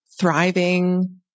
thriving